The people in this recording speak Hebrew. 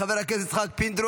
חבר הכנסת יצחק פינדרוס,